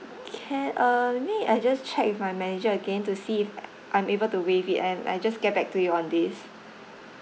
K uh maybe I just check with my manager again to see if I'm able to waive it and I just get back to you on this